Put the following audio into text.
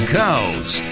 cows